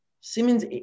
Simmons –